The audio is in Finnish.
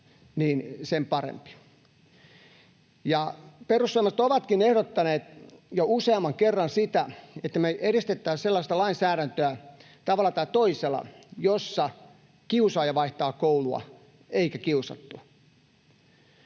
sen parempi. Perussuomalaiset ovatkin ehdottaneet jo useamman kerran sitä, että edistettäisiin tavalla tai toisella sellaista lainsäädäntöä, jossa kiusaaja vaihtaa koulua eikä kiusattu.